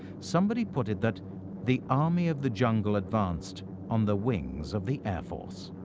somebody put it that the army of the jungle advanced on the wings of the air force.